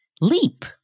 Leap